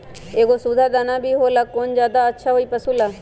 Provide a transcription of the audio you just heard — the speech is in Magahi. एगो सुधा दाना भी होला कौन ज्यादा अच्छा होई पशु ला?